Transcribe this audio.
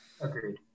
Agreed